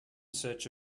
search